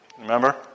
remember